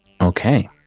Okay